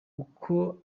uko